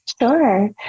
Sure